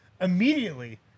immediately